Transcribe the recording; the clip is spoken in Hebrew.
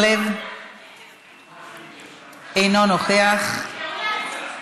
אינה נוכחת, חברת הכנסת